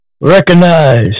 Recognize